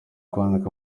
kwandika